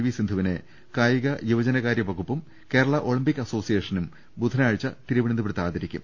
V സിന്ധുവിനെ കായിക യുവജനകാര്യ വകുപ്പും കേരള ഒളിംപിക് അസോസിയേഷനും ബുധനാഴ്ച തിരുവ നന്തപുരത്ത് ആദരിക്കും